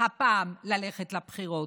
הפעם ללכת לבחירות,